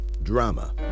Drama